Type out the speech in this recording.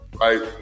right